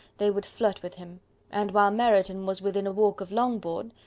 they would flirt with him and while meryton was within a walk of longbourn,